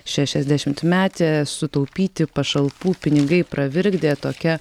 šešiasdešimtmetė sutaupyti pašalpų pinigai pravirkdė tokia